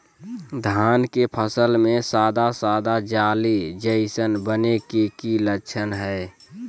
धान के फसल में सादा सादा जाली जईसन बने के कि लक्षण हय?